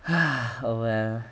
oh well